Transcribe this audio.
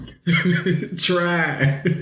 try